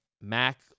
Mac